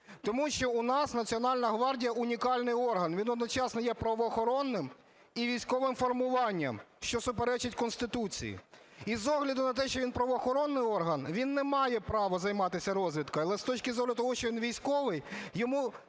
Тому що у нас Національна гвардія - унікальний орган, він одночасно є правоохоронним і військовим формуванням, що суперечить Конституції. І з огляду на те, що він правоохоронний орган, він не має права займатися розвідкою, але з точки зору того, що він військовий, йому,